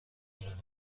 مراقبت